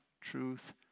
truth